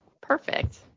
Perfect